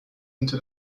into